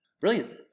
Brilliant